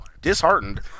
Disheartened